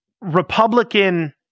Republican